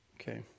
Okay